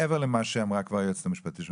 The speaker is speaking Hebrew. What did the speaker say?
מעבר למה שאמרה היועצת המשפטית של